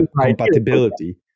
compatibility